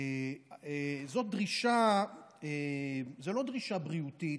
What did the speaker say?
זו לא דרישה בריאותית,